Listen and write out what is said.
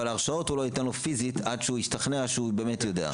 אבל הרשאות הוא לא ייתן לו פיזית עד שהוא ישתכנע שהוא באמת יודע.